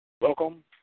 Welcome